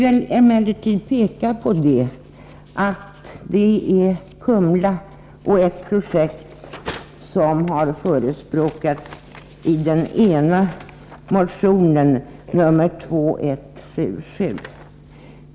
I den ena motionen, 2177, förespråkas ett projekt vid Kumlaanstalten.